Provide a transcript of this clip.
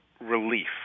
relief